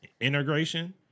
integration